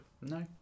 No